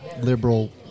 liberal